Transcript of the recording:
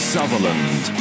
Sutherland